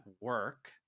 work